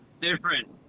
Different